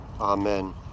Amen